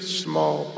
small